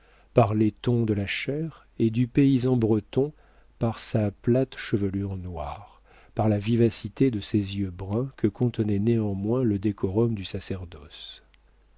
par les tons de la chair et du paysan breton par sa plate chevelure noire par la vivacité de ses yeux bruns que contenait néanmoins le décorum du sacerdoce